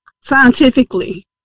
scientifically